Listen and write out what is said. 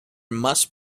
must